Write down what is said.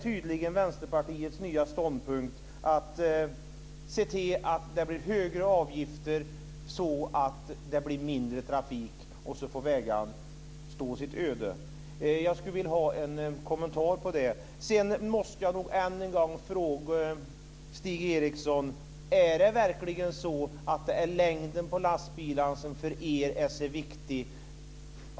Vänsterpartiets nya ståndpunkt är tydligen att man ska se till att det blir högre avgifter, så att det blir mindre trafik, och så får vägarna finna sig i sitt öde. Jag skulle vilja ha en kommentar till det. Sedan måste jag nog än en gång fråga Stig Eriksson: Är det verkligen längden på lastbilarna som är så viktig för er?